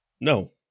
No